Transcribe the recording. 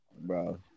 bro